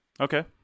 Okay